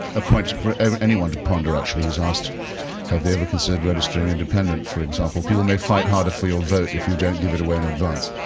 a point yeah for anyone to ponder actually who was asked have they ever considered registering independent, for example. people may fight harder for your vote if you don't give it away in advance.